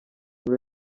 wine